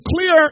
clear